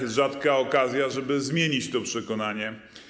Jest rzadka okazja, żeby zmienić to przekonanie.